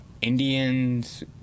Indians